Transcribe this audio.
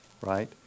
right